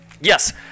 Yes